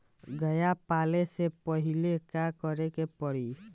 गया पाले से पहिले का करे के पारी?